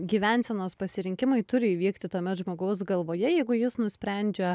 gyvensenos pasirinkimai turi įvykti tuomet žmogaus galvoje jeigu jis nusprendžia